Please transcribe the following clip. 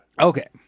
Okay